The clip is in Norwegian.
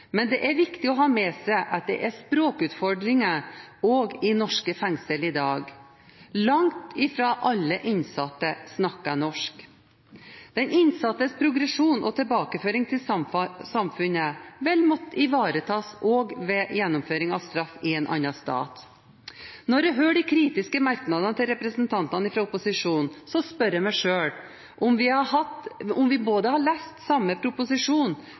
Men det er viktig å ha med seg at det er språkutfordringer også i de norske fengslene i dag. Langt fra alle innsatte snakker norsk. Den innsattes progresjon og tilbakeføring til samfunnet vil måtte ivaretas også ved gjennomføring av straff i en annen stat. Når jeg hører de kritiske merknadene til representantene fra opposisjonen, spør jeg meg selv om vi har lest samme proposisjon og hørt de samme